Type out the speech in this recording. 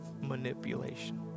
manipulation